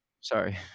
Sorry